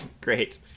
Great